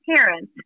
parents